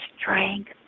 strength